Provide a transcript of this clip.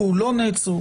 נעצרו, לא נעצרו.